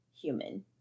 Human